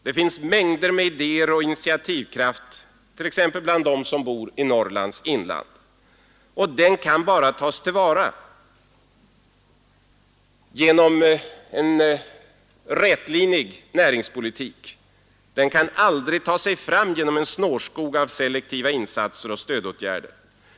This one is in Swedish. Det finns mängder med ideér och initiativkraft, t.ex. bland dem som bor i Norrlands inland. Den kan bara tas till vara genom en rätlinjig näringspolitik. Den kan aldrig ta sig fram genom en snårskog av selektiva insatser och stödåtgärder.